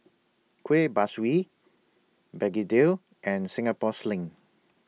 Kueh Kaswi Begedil and Singapore Sling